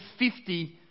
50